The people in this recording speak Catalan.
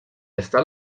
estar